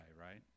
right